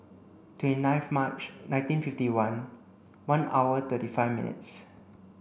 twenty ninth March nineteen fifty one one hour thirty five minutes